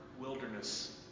wilderness